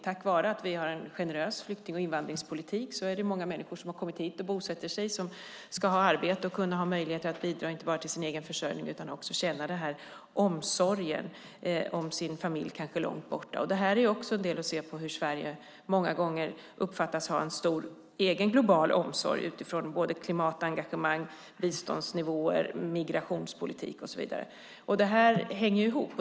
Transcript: Tack vare att vi har en generös flykting och invandringspolitik är det många människor som kommer hit och bosätter sig. De ska ha arbete och möjligheter att bidra inte bara till sin egen försörjning utan också kunna känna omsorgen om sin familj som kanske finns långt borta. Sverige uppfattas många gånger ha en stor egen global omsorg utifrån klimatengagemang, biståndsnivåer, migrationspolitik och så vidare. Det här hänger ihop.